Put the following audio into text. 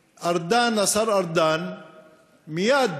ארדן, השר ארדן מייד